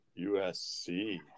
USC